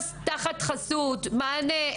מענה,